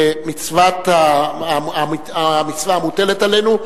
כמצווה המוטלת עלינו,